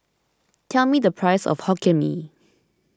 tell me the price of Hokkien Mee